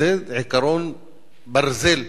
זה עקרון ברזל,